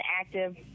active